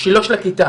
שהיא לא של הכיתה